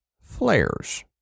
flares